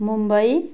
Mumbai